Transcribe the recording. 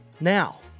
Now